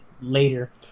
later